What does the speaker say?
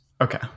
Okay